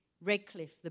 Redcliffe